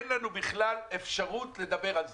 אין לנו בכלל אפשרות לדבר על זה,